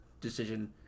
decision